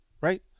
right